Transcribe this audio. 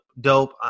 dope